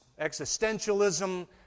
existentialism